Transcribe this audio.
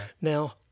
now